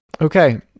okay